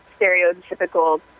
stereotypical